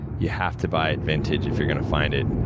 you have to buy it vintage if you're gonna find it.